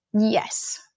Yes